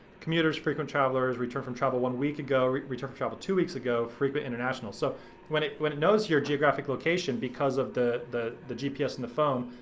commuters, frequent travelers, return from travel one week ago, return from travel two weeks ago, frequent international. so when it when it knows your geographic location because of the the gps in the phone,